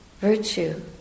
virtue